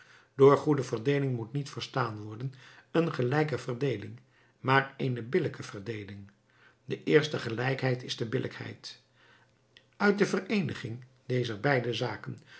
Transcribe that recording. door goede verdeeling moet niet verstaan worden een gelijke verdeeling maar eene billijke verdeeling de eerste gelijkheid is de billijkheid uit de vereeniging dezer beide zaken